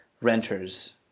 renters